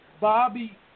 Bobby